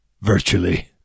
Virtually